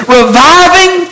reviving